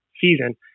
season